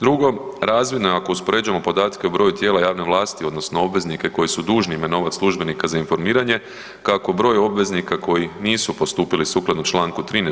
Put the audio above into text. Drugo, razvidno je ako uspoređujemo podatke o broju tijela javne vlasti odnosno obveznike koji su dužni imenovati službenika za informiranje, kako broj obveznika koji nisu postupili sukladno čl. 13.